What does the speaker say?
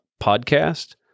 podcast